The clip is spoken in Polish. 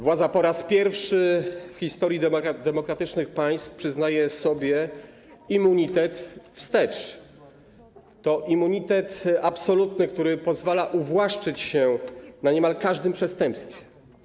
Władza po raz pierwszy w historii demokratycznych państw przyznaje sobie immunitet wstecz, immunitet absolutny, który pozwala uwłaszczyć się na niemal każdym przestępstwie.